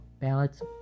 ballots